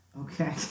Okay